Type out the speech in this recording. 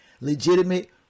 legitimate